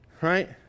right